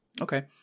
Okay